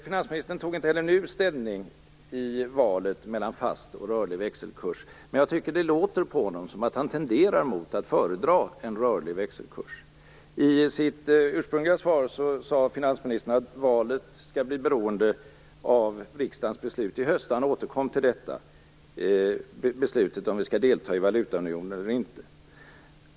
Finansministern tog inte heller nu ställning i valet mellan fast och rörlig växelkurs, men jag tycker det låter som om han tenderar att föredra en rörlig växelkurs. I sitt interpellationssvar sade finansministern att valet blir beroende av riksdagens beslut i höst, och han återkom nu till det beslutet om ifall vi skall delta i valutaunionen eller inte.